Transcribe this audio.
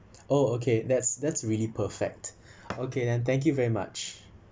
oh okay that's that's really perfect okay then thank you very much